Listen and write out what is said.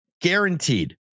guaranteed